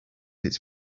its